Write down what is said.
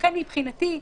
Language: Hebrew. לכן מבחינתי,